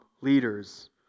leaders